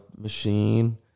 machine